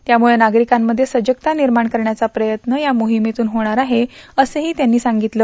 त्यामुळं नागरिकांत सजगता निर्माण करण्याचा प्रयत्न मोहिमेतून होणार आहे असंक्री त्यांनी सांगितलं